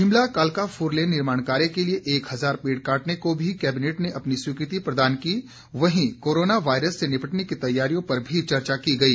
शिमला कालका फोरलेन निर्माण कार्य के लिए एक हजार पेड़ काटने को भी कैबिनेट ने स्वीकृति प्रदान की वहीं कोरोना वायरस से निपटने की तैयारियों पर पर भी चर्चा की गई